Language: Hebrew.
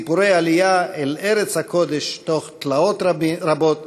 סיפורי עלייה אל ארץ הקודש תוך תלאות רבות